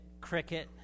cricket